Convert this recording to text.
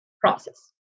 process